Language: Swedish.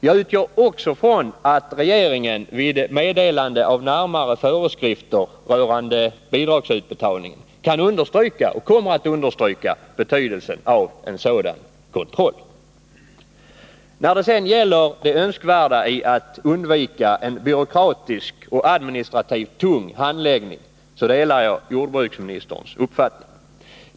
Jag utgår också från att regeringen vid meddelande av närmare föreskrifter rörande bidragsutbetalningen understryker betydelsen av sådan kontroll. När det sedan gäller det önskvärda i att undvika en byråkratisk och administrativt tung handläggning delar jag jordbruksministerns uppfattning.